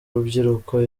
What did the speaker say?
rubyiruko